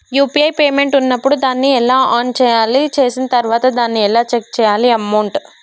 UPI payment ఉన్నప్పుడు దాన్ని ఎలా ఆన్ చేయాలి? చేసిన తర్వాత దాన్ని ఎలా చెక్ చేయాలి అమౌంట్?